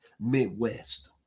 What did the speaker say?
Midwest